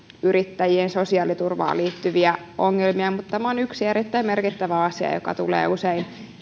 yrittäjien sosiaaliturvaan liittyviä ongelmia mutta tämä on yksi erittäin merkittävä asia joka tulee usein